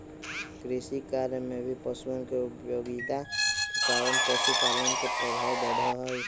कृषिकार्य में भी पशुअन के उपयोगिता के कारण पशुपालन के प्रभाव बढ़ा हई